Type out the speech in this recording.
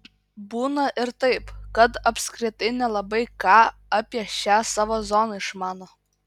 būna ir taip kad apskritai nelabai ką apie šią savo zoną išmano